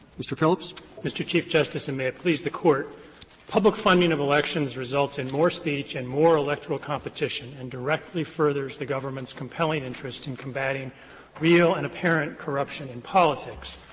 mr. phillips. phillips mr. chief justice, and may it please the court public funding of elections results in more speech and more electoral competition and directly furthers the government's compelling interest in combatting real and apparent corruption in politics.